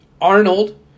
Arnold